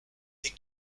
les